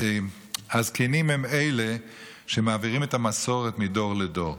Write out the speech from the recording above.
הזקנים הם שמעבירים את המסורת מדור לדור.